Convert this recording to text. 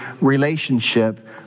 relationship